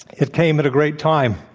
it came at a great time.